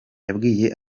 yabwiye